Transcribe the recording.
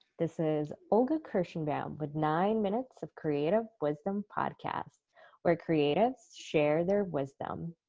this is olga kirshenbaum with nine minutes of creative wisdom podcast where creatives share their wisdom.